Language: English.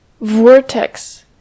vortex